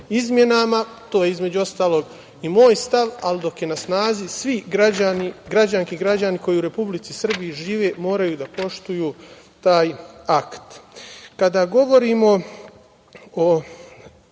izmenama, to je, između ostalog, i moj stav, ali dok je na snazi svi građanke i građani koji u Republici Srbiji žive moraju da poštuju taj akt. Kada govorimo o